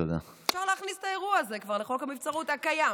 אפשר להכניס את האירוע הזה כבר לחוק הנבצרות הקיים,